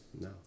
No